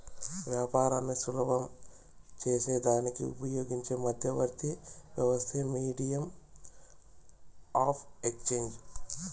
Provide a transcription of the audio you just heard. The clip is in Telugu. యాపారాన్ని సులభం సేసేదానికి ఉపయోగించే మధ్యవర్తి వ్యవస్థే మీడియం ఆఫ్ ఎక్స్చేంజ్